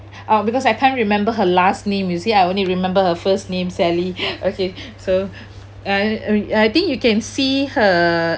oh because I can't remember her last name you see I only remember her first name sally okay so uh uh I think you can see her